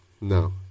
No